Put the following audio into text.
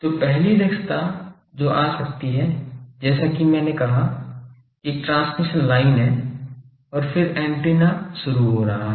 तो पहली दक्षता जो आ सकती है जैसा कि मैंने कहा कि एक ट्रांसमिशन लाइन है और फिर एंटीना शुरू हो रहा है